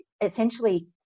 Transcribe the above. essentially